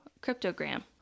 cryptogram